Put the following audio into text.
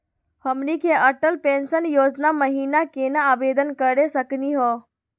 हमनी के अटल पेंसन योजना महिना केना आवेदन करे सकनी हो?